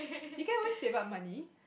you can always save up money